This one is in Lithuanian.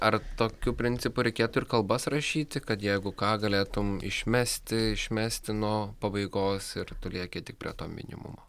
ar tokiu principu reikėtų ir kalbas rašyti kad jeigu ką galėtum išmesti išmesti nuo pabaigos ir tu lieki tik prie to minimumo